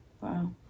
wow